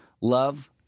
love